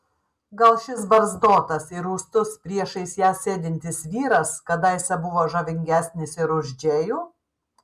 gal šis barzdotas ir rūstus priešais ją sėdintis vyras kadaise buvo žavingesnis ir už džėjų